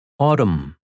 Autumn